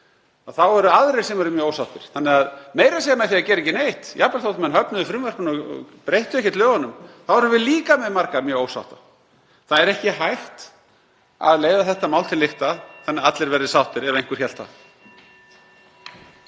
þá eru aðrir sem eru mjög ósáttir. Meira að segja með því að gera ekki neitt, jafnvel þótt menn höfnuðu frumvarpinu og breyttu ekkert lögunum, værum við líka með marga mjög ósátta. Það er ekki hægt að leiða þetta mál til lykta þannig að allir verði sáttir ef einhver hefur